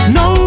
no